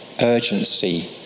urgency